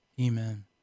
Amen